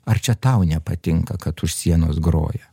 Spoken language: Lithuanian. ar čia tau nepatinka kad už sienos groja